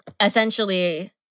essentially